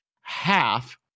half